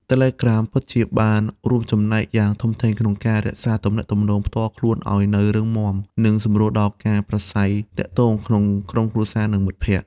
Telegram ពិតជាបានរួមចំណែកយ៉ាងធំធេងក្នុងការរក្សាទំនាក់ទំនងផ្ទាល់ខ្លួនឱ្យនៅរឹងមាំ និងសម្រួលដល់ការប្រាស្រ័យទាក់ទងក្នុងក្រុមគ្រួសារ និងមិត្តភក្តិ។